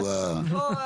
נו, מה?